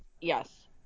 Yes